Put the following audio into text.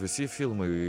visi filmai